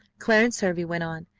clarence hervey went on,